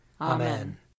Amen